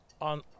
on